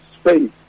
space